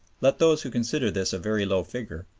let those who consider this a very low figure,